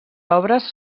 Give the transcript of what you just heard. obres